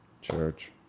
Church